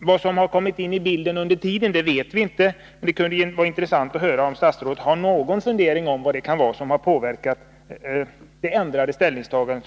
Vad som har kommit in i bilden under tiden vet vi inte. Det skulle vara intressant att höra om statsrådet har någon fundering om vad som har föranlett det så plötsligt ändrade ställningstagandet.